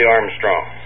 Armstrong